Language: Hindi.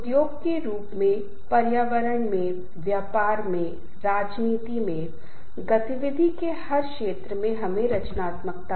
इसलिए समूहों को 2 भागों में विभाजित किया जा सकता है एक को औपचारिक और दूसरे को अनौपचारिक कहा जाता है